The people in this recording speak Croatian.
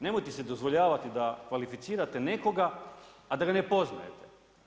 Nemojte si dozvoljavati da kvalificirate nekoga a da ga ne poznajete.